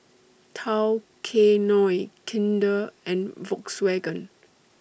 Tao Kae Noi Kinder and Volkswagen